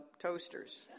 toasters